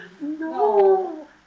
No